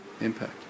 impact